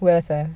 worse eh